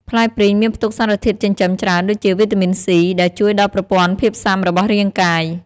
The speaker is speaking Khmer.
ផ្លែព្រីងមានផ្ទុកសារធាតុចិញ្ចឹមច្រើនដូចជា វីតាមីន C ដែលជួយដល់ប្រព័ន្ធភាពស៊ាំរបស់រាងកាយ។